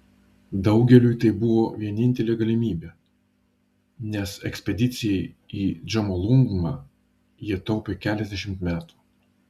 daugeliui tai buvo vienintelė galimybė nes ekspedicijai į džomolungmą jie taupė keliasdešimt metų